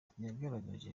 yagaragaje